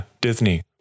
Disney